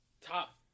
top